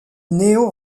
néo